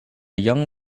young